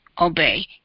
obey